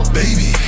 baby